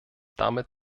damit